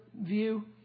view